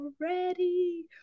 already